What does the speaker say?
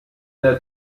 der